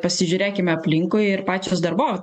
pasižiūrėkime aplinkui ir pačios darbov